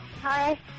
Hi